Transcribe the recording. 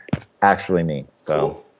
it's actually me so